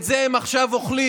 את זה הם עכשיו אוכלים.